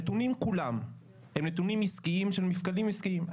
הנתונים כולם הם נתונים עסקיים של מפקדים עסקיים.